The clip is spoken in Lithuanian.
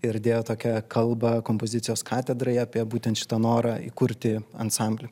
ir įdėjo tokią kalbą kompozicijos katedrai apie būtent šitą norą įkurti ansamblį